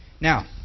Now